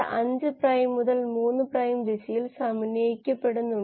അത് തന്നെ മൈനസ് ലൈസീന്റെ വലിയ ഉൽപാദനത്തിന് കാരണമാകുന്നു